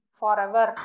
forever